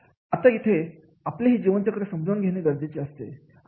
आता इथे आपलेही जीवन चक्र समजून घेणे गरजेचे असतात